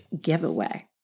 giveaway